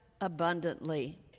abundantly